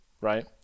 right